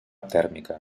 tèrmica